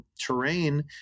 terrain